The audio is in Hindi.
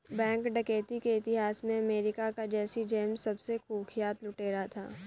बैंक डकैती के इतिहास में अमेरिका का जैसी जेम्स सबसे कुख्यात लुटेरा था